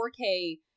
4k